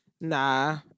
Nah